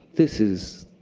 this is,